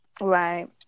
Right